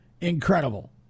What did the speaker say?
Incredible